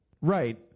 Right